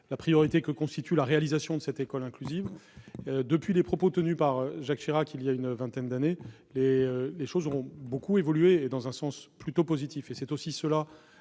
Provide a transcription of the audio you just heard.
la priorité que constitue la réalisation de cette école inclusive. Depuis les propos tenus par Jacques Chirac voilà une vingtaine d'années, les choses ont beaucoup évolué, et dans un sens plutôt positif. Il faut considérer